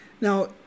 Now